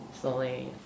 slowly